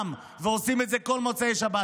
בדמם ועושים את זה בכל מוצאי שבת,